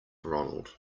ronald